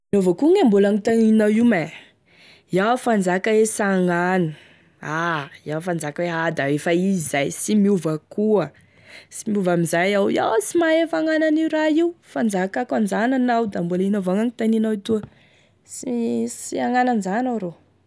Ino avao koa gne mbola hanontanianao io mein? Iaho efa nizaka hoe sy hagnano, ah iaho efa nizaka hoe ah da efa izy zay sy miova koa sy miova amizany iaho, iaho sy mahefa hagnano an'io raha io, efa nizakako an'izany anao da mbola ino avao gnanotanianao toa, sy sy hagnano an'izany iaho rô.